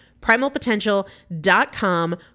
Primalpotential.com